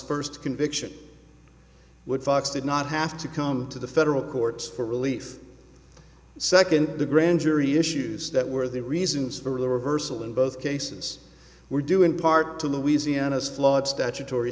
first conviction woodfox did not have to come to the federal courts for relief second the grand jury issues that were the reasons for the reversal in both cases were due in part to louisiana's flawed statutory